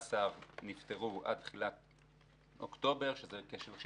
619 נפטרו עד תחילת אוקטובר, שזה כ-36%.